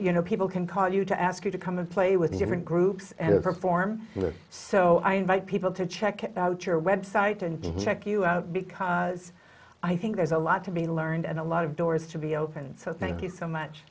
you know people can call you to ask you to come and play with different groups perform live so i invite people to check out your website and check you out because i think there's a lot to be learned and a lot of doors to be opened so thank you so much